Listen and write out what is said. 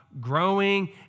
growing